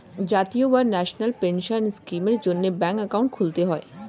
জাতীয় বা national pension স্কিমের জন্যে ব্যাঙ্কে অ্যাকাউন্ট খুলতে হয়